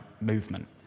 movement